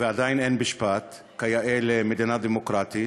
ועדיין אין משפט כיאה למדינה דמוקרטית,